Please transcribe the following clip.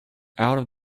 out